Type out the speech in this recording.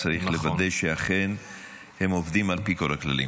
צריך לוודא שאכן הם עובדים על פי כל הכללים.